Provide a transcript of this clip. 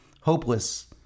hopeless